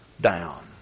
down